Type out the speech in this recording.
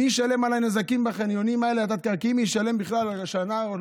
מי ישלם על נזקים בחניונים האלה,